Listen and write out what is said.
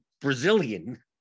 Brazilian